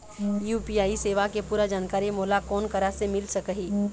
UPI सेवा के पूरा जानकारी मोला कोन करा से मिल सकही?